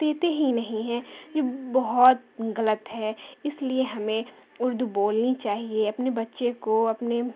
دیتے ہی نہیں ہیں یہ بہت غلط ہے اس لیے ہمیں اردو بولنی چاہیے اپنے بچے کو اپنے